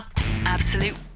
Absolute